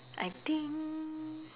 I think